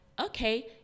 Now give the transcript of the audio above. Okay